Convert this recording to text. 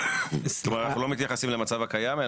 כלומר אנחנו לא מתייחסים למצב הקיים,